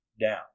down